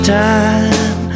time